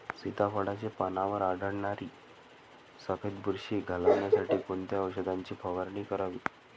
सीताफळाचे पानांवर आढळणारी सफेद बुरशी घालवण्यासाठी कोणत्या औषधांची फवारणी करावी?